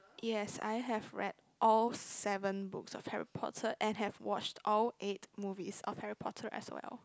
yes I have read all seven books of Harry Potter and have watched all eight movies of Harry-Potter as well